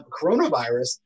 coronavirus